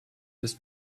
this